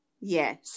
yes